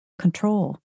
control